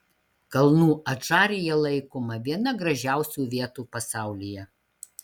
kalnų adžarija laikoma viena gražiausių vietų pasaulyje